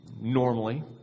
normally